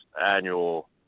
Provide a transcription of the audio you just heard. annual